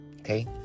okay